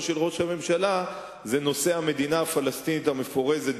של ראש הממשלה הוא נושא המדינה הפלסטינית המפורזת,